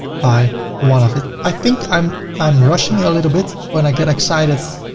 buy one of it. i think i'm, i'm rushing it a little bit. when i get excited,